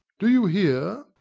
do you hear?